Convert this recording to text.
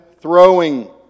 throwing